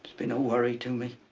been a worry to me.